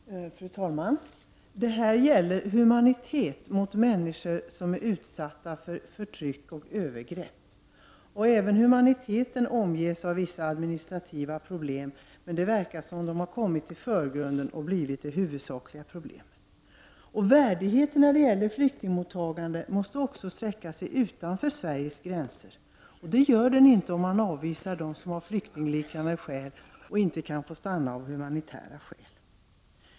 Fru talman! Det gäller här att visa humanitet mot människor som är utsatta för förtryck och övergrepp. Även humaniteten omges av vissa administrativa problem, men det verkar som om de hade kommit i förgrunden och blivit det huvudsakliga problemet. Värdigheten när det gäller flyktingmottagandet måste också sträcka sig utanför Sveriges gränser. Det gör den inte om man avvisar dem som har flyktingliknande skäl och inte låter dem stanna av humanitära skäl.